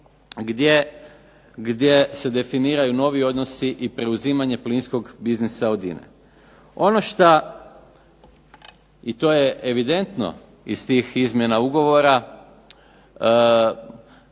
gdje se definiraju novi odnosi i preuzimanje plinskog biznisa od INA-e. Ono što, i to je evidentno iz tih izmjena ugovora,